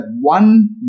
one